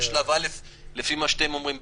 חייבים לאפשר את זה, זה נראה לי חשוב.